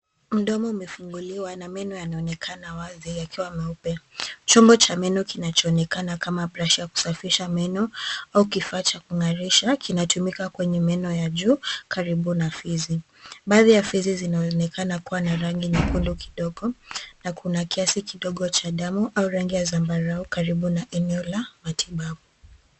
Mdomo umefunguliwa na meno yanaonekana wazi yakiwa meupe. Chombo cha meno kinachoonekana kama brush ya kusafisha meno au kifaa cha kung'arisha kinatumika kwenye meno ya juu karibu na fizi. Baadhi ya fizi zinaonekana kuwa na rangi nyekundu kidogo na kuna kiasi kidogo cha damu au rangi ya zambarau karibu na eneo la matibabu.